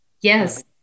Yes